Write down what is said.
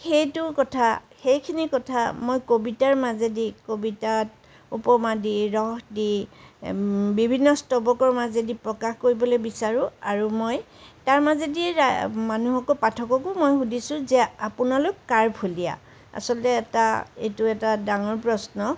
সেইটো কথা সেইখিনি কথা মই কবিতাৰ মাজেদি কবিতাত উপমা দি ৰহ দি বিভিন্ন স্তৱকৰ মাজেদি প্ৰকাশ কৰিবলৈ বিচাৰোঁ আৰু মই তাৰ মাজেদি ৰা মানুহকো পাঠককো মই সুধিছোঁ যে আপুনালোক কাৰ ফলিয়া আচলতে এটা এইটো এটা ডাঙৰ প্ৰশ্ন